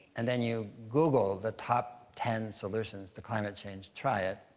and then you google the top ten solutions to climate change try it